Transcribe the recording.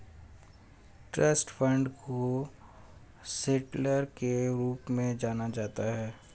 trust fund को settler के रूप में जाना जाता है